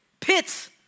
Pits